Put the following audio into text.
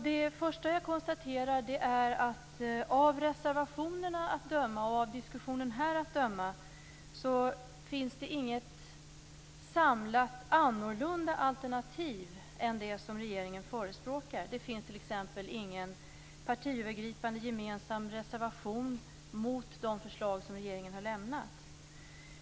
Det första jag konstaterar är att av reservationerna och diskussionen här att döma finns det inget samlat annorlunda alternativ än det som regeringen förespråkar. Det finns t.ex. ingen partiövergripande gemensam reservation mot de förslag som regeringen har lagt fram.